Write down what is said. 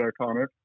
iconic